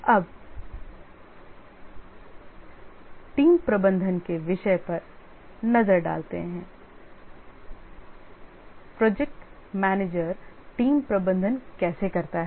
अब टीम प्रबंधन के विषय पर नजर डालते हैं प्रोजेक्ट मैनेजर टीम प्रबंधन कैसे करता है